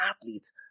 athletes